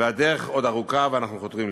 הדרך עוד ארוכה, ואנחנו חותרים לשם.